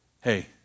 Hey